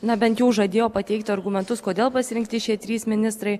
na bent jau žadėjo pateikti argumentus kodėl pasirinkti šie trys ministrai